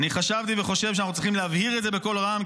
אני חשבתי וחושב שאנו צריכים להבהיר את זה בקול רם,